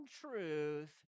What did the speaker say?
truth